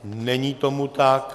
Není tomu tak.